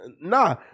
Nah